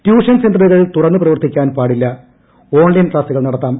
tuition സെന്ററുകൾ തുറന്ന് പ്രവർത്തിക്കാൻ പാടില്ല ഓൺലൈൻ ക്ലാസുകൾ നടത്താം